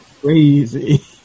crazy